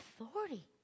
authority